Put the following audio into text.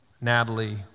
Natalie